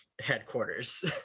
headquarters